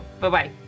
Bye-bye